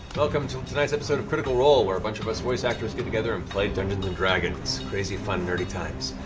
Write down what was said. welcome to tonight's episode of critical role, where a bunch of us voice-actors get together and play dungeons and dragons crazy, fun, nerdy times.